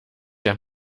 der